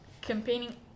Campaigning